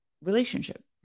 relationship